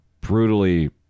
brutally